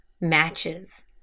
matches